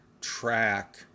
track